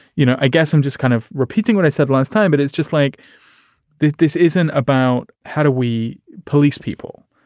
you know, i guess i'm just kind of repeating what i said last time. it is just like this isn't about how do we police people?